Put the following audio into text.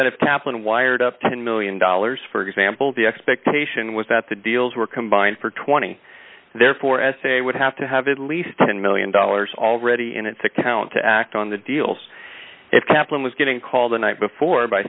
kaplan wired up ten million dollars for example the expectation was that the deals were combined for twenty therefore s a would have to have at least ten million dollars already in its account to act on the deals if kaplan was getting called the night before by